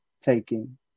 taking